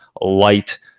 light